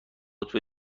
قطب